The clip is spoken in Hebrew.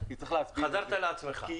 חזרת לעצמך.